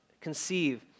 conceive